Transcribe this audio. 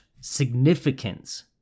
significance